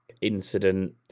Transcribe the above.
incident